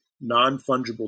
non-fungible